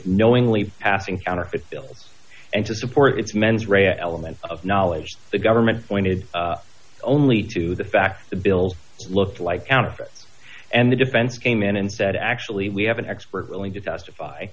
knowingly passing counterfeit bills and to support its mens rea element of knowledge the government pointed only to the fact the bills looked like counterfeit and the defense came in and said actually we have an expert willing to testify